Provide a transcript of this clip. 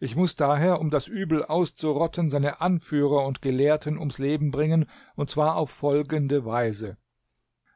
ich muß daher um das übel auszurotten seine anführer und gelehrten ums leben bringen und zwar auf folgende weise